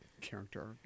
character